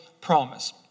Promise